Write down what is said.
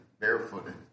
barefooted